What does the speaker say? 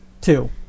two